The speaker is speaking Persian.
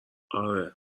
آره